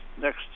next